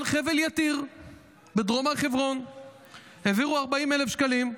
חבל יתיר בדרום הר חברון 40,000 שקלים.